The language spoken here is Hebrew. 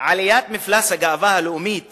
עליית מפלס הגאווה הלאומית